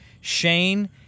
Shane